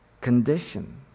condition